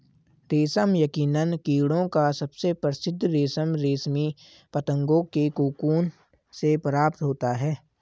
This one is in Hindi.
रेशम यकीनन कीड़ों का सबसे प्रसिद्ध रेशम रेशमी पतंगों के कोकून से प्राप्त होता है